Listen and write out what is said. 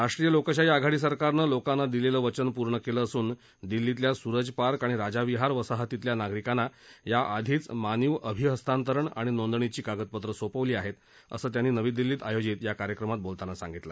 राष्ट्रीय लोकशाही आघाडी सरकारनं लोकांना दिलेलं वचन पूर्ण केलं असून दिल्लीतल्या सूरज पार्क आणि राजा विहार वसाहतीतल्या नागरिकांना याआधीच मानीव अभिहस्तांतरण आणि नोंदणीची कागदपत्रे सोपवली आहेत असं त्यांनी नवी दिल्लीत आयोजित या कार्यक्रमात बोलताना सांगितलं